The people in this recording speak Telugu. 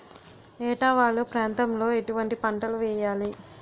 ఏటా వాలు ప్రాంతం లో ఎటువంటి పంటలు వేయాలి?